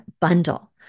bundle